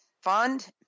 fund